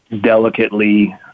delicately